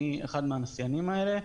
אני אחד מהנסיינים האלה.